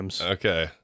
Okay